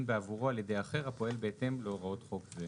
בעבורו על ידי אחר הפועל בהתאם להוראות חוק זה".